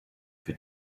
für